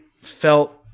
felt